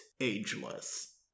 ageless